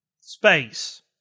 space